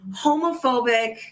homophobic